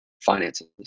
finances